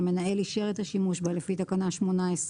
שהמנהל אישר את השימוש בה לפי תקנה 18,